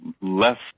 less